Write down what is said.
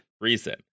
recent